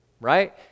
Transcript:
right